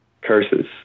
curses